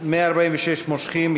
146, מושכים.